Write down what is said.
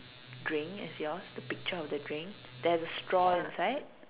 drink as yours the picture of the drink there's a straw inside